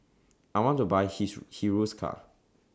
I want to Buy Hiruscar